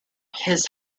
his